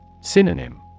Synonym